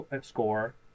score